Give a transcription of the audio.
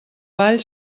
vall